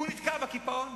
הוא נתקע בקיפאון,